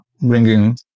bringing